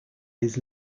his